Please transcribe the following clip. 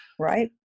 Right